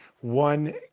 one